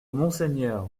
monseigneur